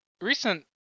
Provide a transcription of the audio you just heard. Recent